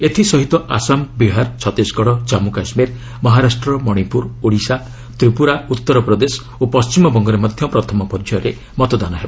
ଏଥିସହିତ ଆସାମ ବିହାର ଛତିଶଗଡ଼ ଜମ୍ମୁ କାଶ୍ମୀର ମହାରାଷ୍ଟ୍ର ମଣିପୁର ଓଡ଼ିଶା ତ୍ରିପ୍ରରା ଉତ୍ତରପ୍ରଦେଶ ଓ ପଣ୍ଟିମବଙ୍ଗରେ ମଧ୍ୟ ପ୍ରଥମ ପର୍ଯ୍ୟାୟରେ ମତଦାନ ହେବ